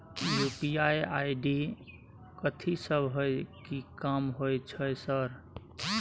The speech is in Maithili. यु.पी.आई आई.डी कथि सब हय कि काम होय छय सर?